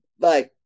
Bye